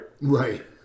Right